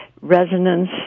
resonance